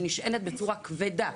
שנשענת בצורה כבדה,